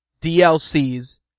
DLCs